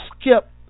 skip